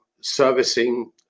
servicing